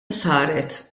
saret